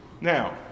Now